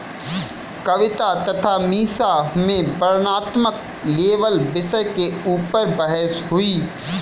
कविता तथा मीसा में वर्णनात्मक लेबल विषय के ऊपर बहस हुई